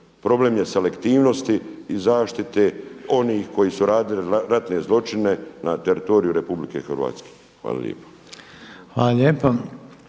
Problem je selektivnosti i zaštite onih koji su radili ratne zločine na teritoriju RH. Hvala lijepo.